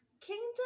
Kingdom